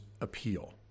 appeal